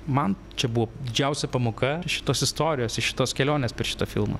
man čia buvo didžiausia pamoka šitos istorijos iš šitos kelionės per šitą filmą